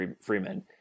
Freeman